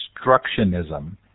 constructionism